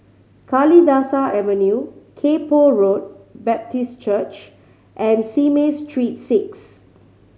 Kalidasa Avenue Kay Poh Road Baptist Church and Simei Street Six